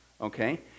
Okay